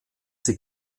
sie